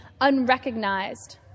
unrecognized